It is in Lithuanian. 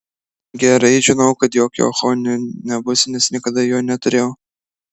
gerai žinojau kad jokio oho nebus nes niekada jo neturėjau